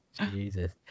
Jesus